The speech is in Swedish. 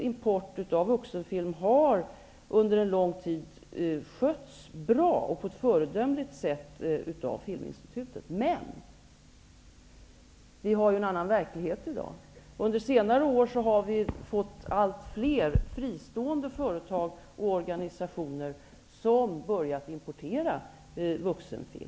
Importen av vuxenfilm har under lång tid skötts bra, på ett föredömligt sätt, av Filminstitutet. Men vi har ju en annan verklighet i dag. Under senare år har allt fler fristående företag och organisationer börjat importera vuxenfilm.